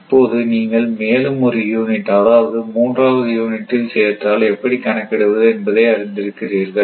இப்போது நீங்கள் மேலும் ஒரு யூனிட் அதாவது 3வது யூனிட்டில் சேர்த்தால் எப்படி கணக்கிடுவது என்பதை அறிந்து இருக்கிறீர்கள்